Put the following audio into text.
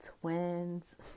twins